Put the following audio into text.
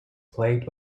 plagued